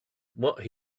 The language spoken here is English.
what